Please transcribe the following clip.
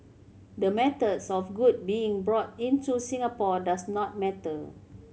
the methods of good being brought into Singapore does not matter